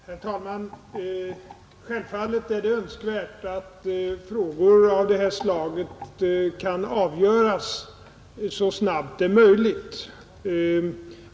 Herr talman! Självfallet är det önskvärt att frågor av det här slaget kan avgöras så snabbt som möjligt.